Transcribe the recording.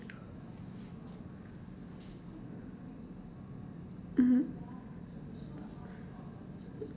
mmhmm